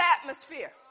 atmosphere